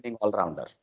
all-rounder